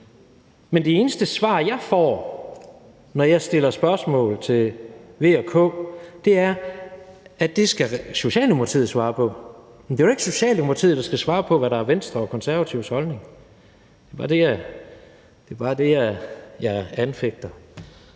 Men det eneste svar, jeg får, når jeg stiller spørgsmål til V og K, er, at det skal Socialdemokratiet svare på. Det er da ikke Socialdemokratiet, der skal svare på, hvad der er Venstre og Konservatives holdning. Det er bare det, jeg anfægter.